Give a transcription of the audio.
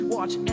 Watch